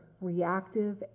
reactive